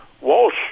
Walsh